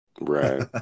Right